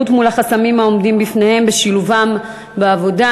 מול החסמים העומדים בפניהם בשילובם בעבודה.